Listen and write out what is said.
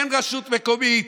אין רשות מקומית,